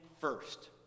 first